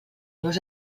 meus